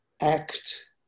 act